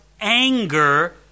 anger